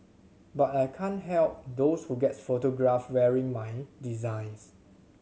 but I can't help those who gets photographed wearing my designs